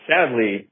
Sadly